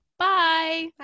Bye